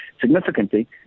significantly